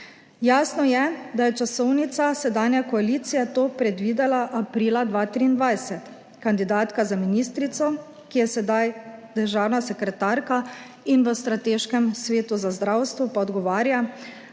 Jasno je, da je časovnica, sedanja koalicija to predvidela aprila 2023. Kandidatka za ministrico, ki je sedaj državna sekretarka in v strateškem svetu za zdravstvo, pa odgovarja,